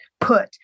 put